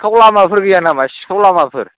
सिखाव लामाफोर गैया नामा सिखाव लामाफोर